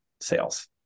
sales